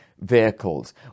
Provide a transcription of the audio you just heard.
vehicles